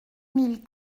mille